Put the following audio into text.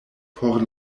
por